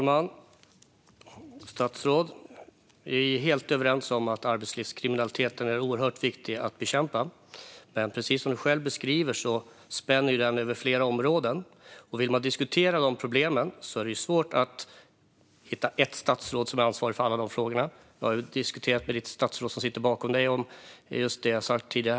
Herr talman! Vi är helt överens om att arbetslivskriminaliteten är oerhört viktig att bekämpa, statsrådet. Precis som du själv beskriver spänner arbetslivskriminaliteten över flera områden, och vill man diskutera problemen är det svårt att hitta ett enda statsråd som har ansvar för alla dessa frågor. Jag har diskuterat med det statsråd som just nu sitter bakom dig här i kammaren, som jag tagit upp tidigare.